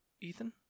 Ethan